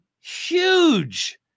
huge